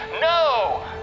no